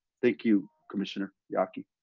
thank you, commissioner yaki.